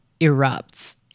erupts